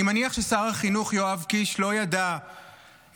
אני מניח ששר החינוך יואב קיש לא ידע את